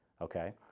Okay